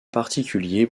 particulier